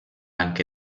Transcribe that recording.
anche